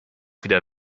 wieder